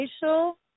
facial